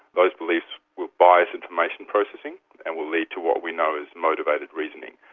those beliefs will bias information processing and will lead to what we know as motivated reasoning.